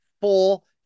full